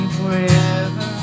forever